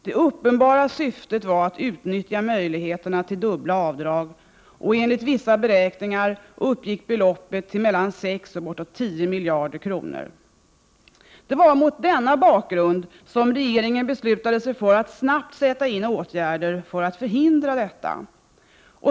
Det uppenbara syftet var att utnyttja möjligheterna till dubbla avdrag, och enligt vissa beräkningar uppgick beloppet till mellan 6 och 10 miljarder kronor. Mot denna bakgrund beslutade sig regeringen för att snabbt sätta in åtgärder för att förhindra detta.